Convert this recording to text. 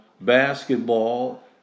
basketball